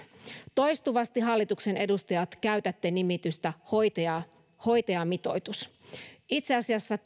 toistuvasti hallituksen edustajat käytätte nimitystä hoitajamitoitus itse asiassa